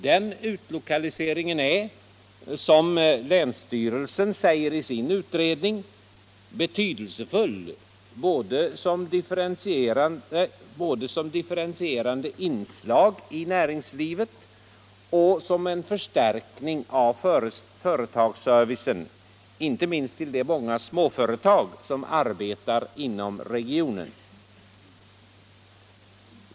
Den utlokaliseringen är, som länsstyrelsen säger i sin utredning, betydelsefull både som differentierande inslag i näringslivet och som en förstärkning av företagsservicen inte minst till de många småföretag som arbetar inom regionen.